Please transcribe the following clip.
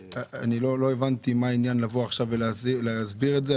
לא הבנתי מה העניין לבוא עכשיו ולהסביר את זה.